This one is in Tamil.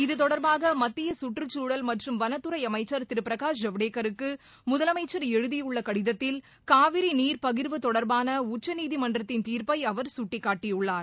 இது தொடர்பாக மத்திய கற்றுச்சூழல் மற்றும் வனத்துறை அமைச்சர் திரு பிரகாஷ் ஜவடேக்கருக்கு முதலமைச்சா் எழுதியுள்ள கடிதத்தில் காவிரி நீர் பகிா்வு தொடா்பான உச்சநீதிமன்றத்தின் தீா்ப்பை அவா் சுட்டிக்காட்டியுள்ளார்